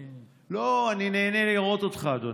לא, אני נהנה לראות אותך, אדוני.